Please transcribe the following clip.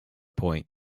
point